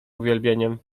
uwielbieniem